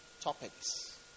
topics